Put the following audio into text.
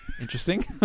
Interesting